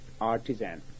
artisan